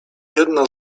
jedna